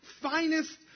finest